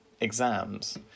exams